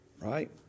right